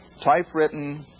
typewritten